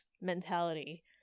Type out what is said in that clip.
mentality